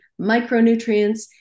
micronutrients